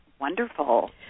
Wonderful